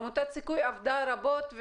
עמותת סיכוי עבדה רבות,